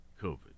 COVID